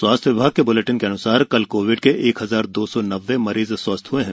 स्वास्थ्य विभाग के ब्लेटिन के अन्सार कल कोविड के एक हजार दो सौ नब्बे मरीज स्वस्थ हए हैं